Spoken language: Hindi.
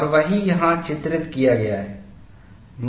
और वही यहाँ चित्रित किया गया है